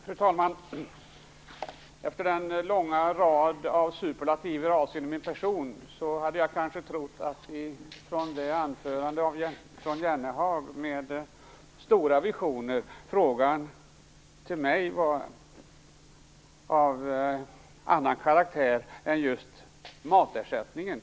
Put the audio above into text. Fru talman! Efter den långa raden av superlativer om min person och med tanke på de stora visionerna i Jan Jennehags anförande hade jag kanske trott att hans fråga till mig skulle gälla någonting annat än just matersättningen.